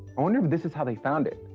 i wonder if this is how they found it?